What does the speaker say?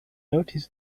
noticing